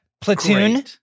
Platoon